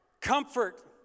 Comfort